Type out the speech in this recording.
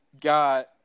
got